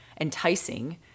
enticing